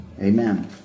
Amen